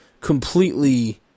completely